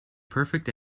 perfect